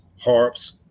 harps